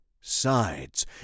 sides